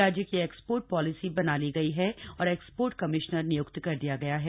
राज्य की export policy बना ली गयी है और एक्सपोर्ध कमिश्नर निय्क्त कर दिया गया है